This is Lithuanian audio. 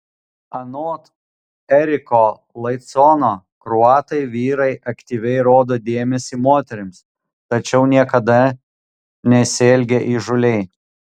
anot eriko laicono kroatai vyrai aktyviai rodo dėmesį moterims tačiau niekada nesielgia įžūliai